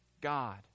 God